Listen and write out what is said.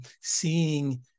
seeing